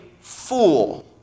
fool